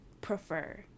prefer